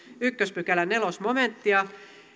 ensimmäisen pykälän neljäs momenttia